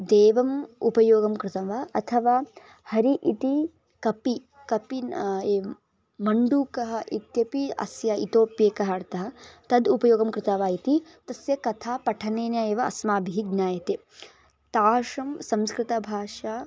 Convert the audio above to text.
देवम् उपयोगं कृतं वा अथवा हरि इति कपिः कपिः न एवं मण्डूकः इत्यपि अस्य इतोऽप्येकः अर्थः तस्य उपयोगः कृतः वा इति तस्य कथा पठनेन एव अस्माभिः ज्ञायते तादृशी संस्कृतभाषा